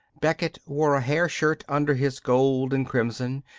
becket wore a hair shirt under his gold and crimson,